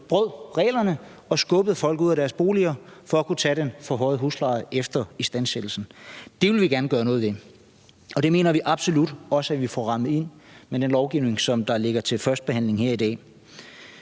brød reglerne og skubbede folk ud af deres boliger for at kunne tage den forhøjede husleje efter istandsættelsen. Det vil vi gerne gøre noget ved, og det mener vi absolut også vi får rammet ind med det lovforslag, der ligger til første behandling her i dag.